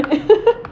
boleh ah